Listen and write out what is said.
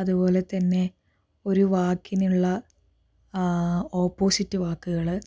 അതുപോലെതന്നെ ഒരു വാക്കിനുള്ള ഓപ്പോസിറ്റ് വാക്കുകള്